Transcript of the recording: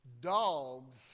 dogs